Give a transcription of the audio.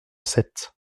sept